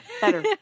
Better